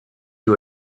you